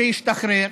שישתחרר.